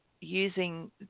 using